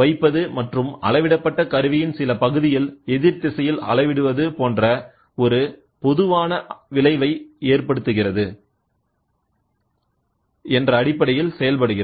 வைப்பது மற்றும் அளவிடப்பட்ட கருவியின் சில பகுதியில் எதிர்திசையில் அளவிடுவது போன்ற ஒரு பொதுவான விளைவை ஏற்படுத்துகிறது என்ற அடிப்படையில் செயல்படுகிறது